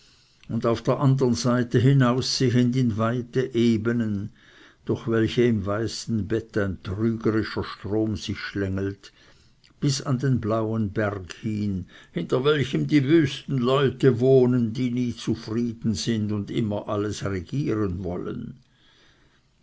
und auf der andern seite hinaussehend in weite ebenen durch welche im weißen bett ein trügerischer strom sich schlängelt bis an den blauen berg hin hinter welchem die wüsten leute wohnen die nie zufrieden sind und immer alles regieren wollen